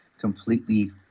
completely